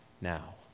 now